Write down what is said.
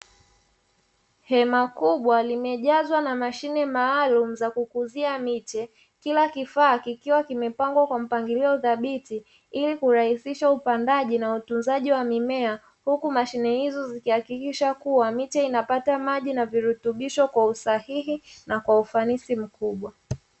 Hema kubwa limejazwa na mashine maalum za kutumia miti, kila kifaa kikiwa kimepangwa kwa mpangilio thabiti, ili kukaribisha upangaji na utunzaji wa mimea, huku mashine hizo zikihakikisha kuwa miti inapata maji na virutubisho kwa usahihi na kwa ufanisi mkubwa.